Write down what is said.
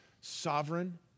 sovereign